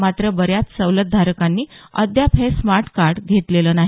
मात्र बऱ्याच सवलत धारकांनी अद्याप हे स्मार्ट कार्ड घेतलेलं नाही